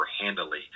handily